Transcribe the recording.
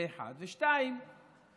זה, דבר אחד.